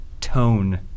tone